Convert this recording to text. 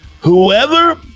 whoever